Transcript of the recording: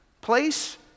Place